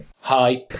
hi